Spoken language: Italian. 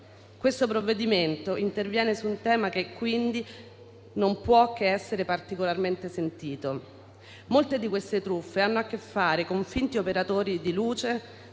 Questo provvedimento interviene su un tema che quindi non può che essere particolarmente sentito. Molte di queste truffe hanno a che fare con finti fornitori di luce,